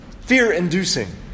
fear-inducing